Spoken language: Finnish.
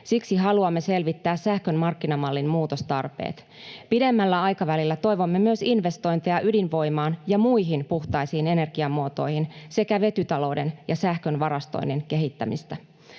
Siksi haluamme selvittää sähkön markkinamallin muutostarpeet. Pidemmällä aikavälillä toivomme myös investointeja ydinvoimaan ja muihin puhtaisiin energiamuotoihin sekä vetytalouden ja sähkön varastoinnin kehittämistä.